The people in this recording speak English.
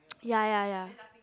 ya ya ya